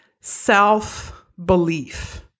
self-belief